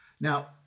Now